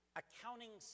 accounting